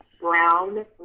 Brown